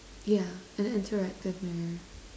yeah an interactive mirror